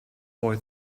boy